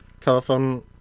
telephone